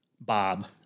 Bob